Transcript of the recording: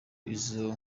izo